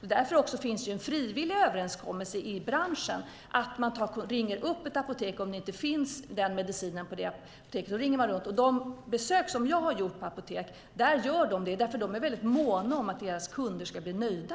Därför finns också en frivillig överenskommelse i branschen om att man ringer runt till andra apotek om man själv inte har medicinen inne. På de apotek som jag har besökt gör man så, för där är man väldigt mån om att kunderna ska bli nöjda.